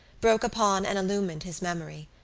broke upon and illumined his memory.